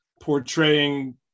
portraying